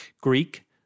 Greek